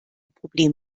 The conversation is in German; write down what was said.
problem